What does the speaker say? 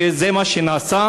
וזה מה שנעשה.